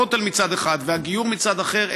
הכותל מצד אחד והגיור מצד אחר,